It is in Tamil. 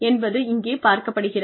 என்பது இங்கே பார்க்கப்படுகிறது